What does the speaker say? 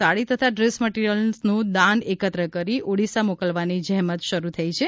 સાડી તથા ડ્રેસ મટીરીયલ્સનું દાન એકત્ર કરી ઓડિશા મોકલવાની જહેમત શરૂ થઇ છે